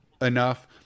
enough